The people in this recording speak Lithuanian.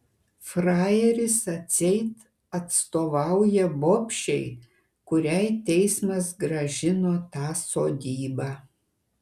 frajeris atseit atstovauja bobšei kuriai teismas grąžino tą sodybą